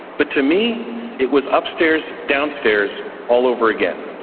but to me it was upstairs downstairs all over again.